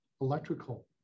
electrical